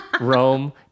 Rome